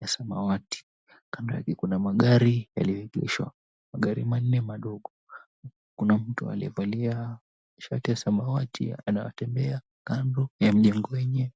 ya samawati. Kando yake kuna magari yaliyoegeshwa, magari manne madogo. Kuna mtu aliyevalia shati ya samawati anatembea kando ya mjengo wenyewe.